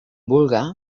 vulga